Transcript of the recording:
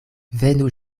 venu